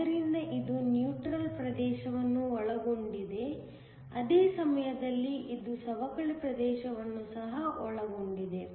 ಆದ್ದರಿಂದ ಇದು ನ್ಯೂಟ್ರಲ್ ಪ್ರದೇಶವನ್ನು ಒಳಗೊಂಡಿದೆ ಅದೇ ಸಮಯದಲ್ಲಿ ಇದು ಸವಕಳಿ ಪ್ರದೇಶವನ್ನು ಸಹ ಒಳಗೊಂಡಿದೆ